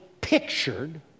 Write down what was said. pictured